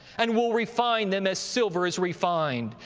and will refine them as silver is refined,